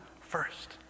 first